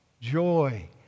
joy